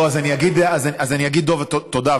לא, אז אגיד, דב, תודה.